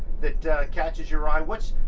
that catches your eye? which.